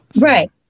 Right